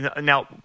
Now